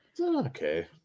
Okay